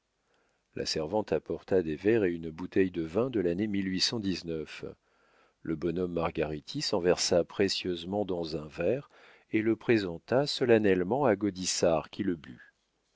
la servante apporta des verres et une bouteille de vin de lannée le bonhomme margaritis en versa précieusement dans un verre et le présenta solennellement à gaudissart qui le